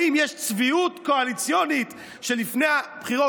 האם יש צביעות קואליציונית שלפני הבחירות